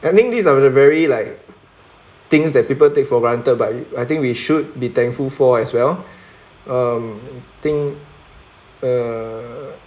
I mean these are a very like things that people take for granted but I think we should be thankful for as well um think err